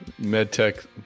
medtech